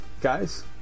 Guys